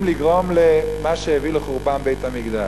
לגרום למה שהביא לחורבן בית-המקדש.